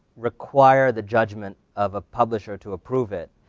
require the judgment of a publisher to approve it,